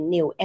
New